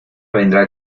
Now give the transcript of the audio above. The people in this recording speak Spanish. vendrá